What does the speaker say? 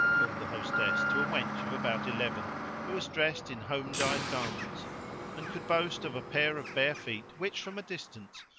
called the hostess to a wench of about eleven who was dressed in home-dyed garments and could boast of a pair of bare feet which, from a distance,